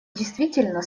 действительно